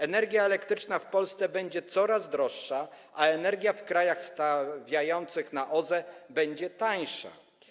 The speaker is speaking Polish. Energia elektryczna w Polsce będzie coraz droższa, a energia w krajach stawiających na OZE będzie tańsza.